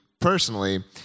personally